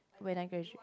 when I graduate